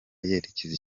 yerekeza